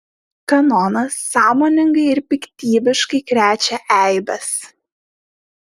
kanonas sąmoningai ir piktybiškai krečia eibes